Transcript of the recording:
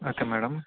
okay madam